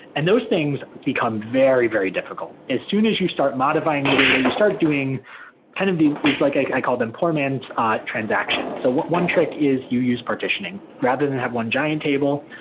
and those things become very, very difficult. as soon as you start modifying the data, you start doing kind of these these like i call them poor man's ah transactions. so one trick is you use partitioning. rather than have one giant table,